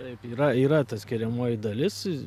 taip yra yra ta skiriamoji dalis